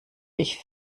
ich